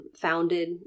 founded